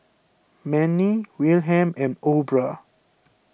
Mannie Wilhelm and Aubra